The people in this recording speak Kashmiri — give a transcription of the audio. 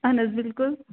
اہن حظ بِلکُل